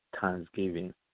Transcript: Thanksgiving